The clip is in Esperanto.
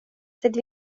sed